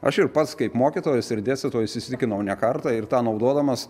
aš ir pats kaip mokytojas ir dėstytojas įsitikinau ne kartą ir tą naudodamas